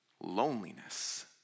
loneliness